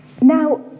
Now